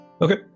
Okay